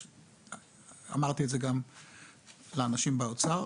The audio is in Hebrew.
אמרתי את זה גם לאנשים באוצר,